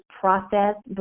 process